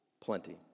Plenty